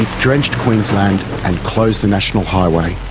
drenched queensland and closed the national highway.